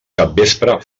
capvespre